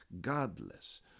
godless